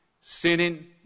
sinning